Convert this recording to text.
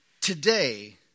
Today